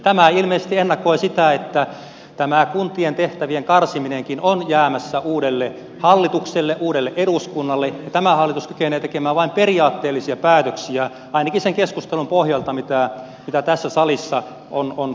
tämä ilmeisesti ennakoi sitä että tämä kuntien tehtävien karsiminenkin on jäämässä uudelle hallitukselle uudelle eduskunnalle ja tämä hallitus kykenee tekemään vain periaatteellisia päätöksiä ainakin sen keskustelun pohjalta mitä tässä salissa on käyty